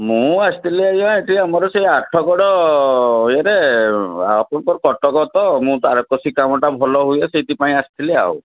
ମୁଁ ଆସିଥିଲି ଆଜ୍ଞା ଏଠି ଆମର ସେ ଆଠଗଡ଼ ଇଏରେ କଟକ ତ ମୁଁ ତାରକସି କାମଟା ଭଲ ହୁଏ ସେଇଥିପାଇଁ ଆସିଥିଲି ଆଉ